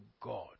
god